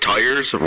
Tires